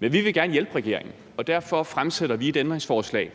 Men vi vil gerne hjælpe regeringen, og derfor stiller vi et ændringsforslag,